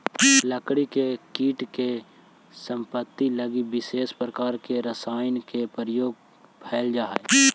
लकड़ी के कीट के समाप्ति लगी विशेष प्रकार के रसायन के प्रयोग कैल जा हइ